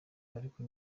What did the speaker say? ariko